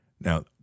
now